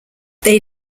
they